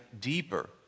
deeper